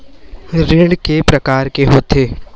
ऋण के प्रकार के होथे?